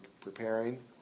preparing